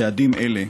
צעדים אלה,